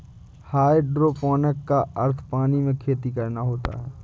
hydroponic का अर्थ पानी में खेती करना होता है